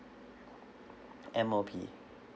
M_O_P